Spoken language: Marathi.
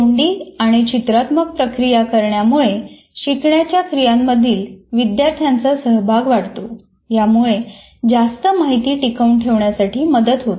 तोंडी आणि चित्रात्मक प्रक्रिया करण्यामुळे शिकण्याच्या क्रियांमधील विद्यार्थ्यांचा सहभाग वाढतो यामुळे जास्त माहिती टिकवून ठेवण्यासाठी मदत होते